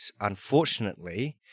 unfortunately